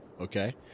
Okay